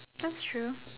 that's true